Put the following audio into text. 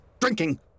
drinking